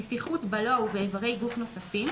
נפיחות בלוע ובאיברי גוף נוספים,